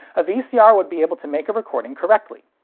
a vcr would be able to make a recording correctly.